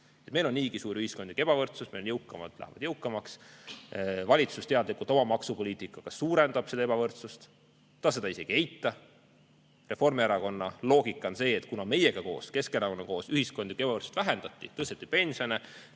Meil on niigi suur ühiskondlik ebavõrdsus, meie jõukamad lähevad jõukamaks. Valitsus teadlikult oma maksupoliitikaga suurendab ebavõrdsust ja isegi ei eita seda. Reformierakonna loogika on see, et kuna meiega koos, Keskerakonnaga koos, ühiskondlikku ebavõrdsust vähendati, tõsteti pensione,